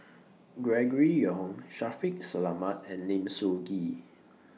Gregory Yong Shaffiq Selamat and Lim Soo Ngee